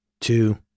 two